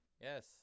Yes